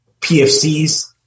PFCs